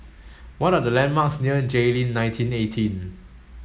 what are the landmarks near Jayleen nineteen eighteen